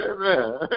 Amen